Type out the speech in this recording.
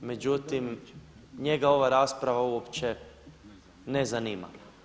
Međutim njega ova rasprava uopće ne zanima.